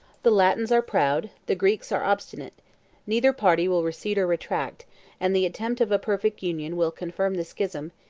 the latins are proud the greeks are obstinate neither party will recede or retract and the attempt of a perfect union will confirm the schism,